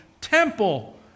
temple